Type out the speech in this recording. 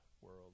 world